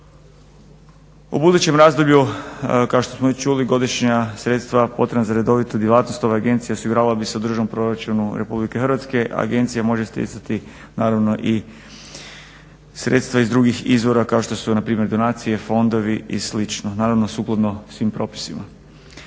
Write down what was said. U budućem razdoblju kako što smo već čuli godišnja sredstva potreban za redovitu djelatnost ove agencije osigurala bi se u državnom proračunu RH, a agencija može stjecati naravno i sredstva iz drugih izvora kao što su npr. donacije, fondovi i slično, naravno sukladno svim propisima.